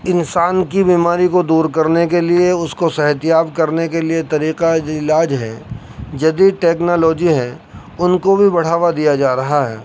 جو انسان کی بیماری کو دور کرنے کے لیے اس کو صحت یاب کرنے کے لیے طریقہ جو علاج ہے جدید ٹیکنالوجی ہے ان کو بھی بڑھاوا دیا جا رہا ہے